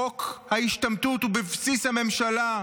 חוק ההשתמטות הוא בבסיס הממשלה.